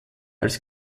als